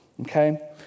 Okay